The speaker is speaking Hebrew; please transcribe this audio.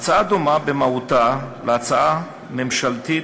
ההצעה דומה במהותה להצעה ממשלתית,